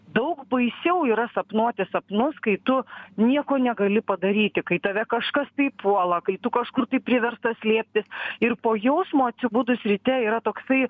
daug baisiau yra sapnuoti sapnus kai tu nieko negali padaryti kai tave kažkas tai puola kai tu kažkur tai priverstas slėptis ir po jausmo atsibudus ryte yra toksai